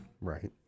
Right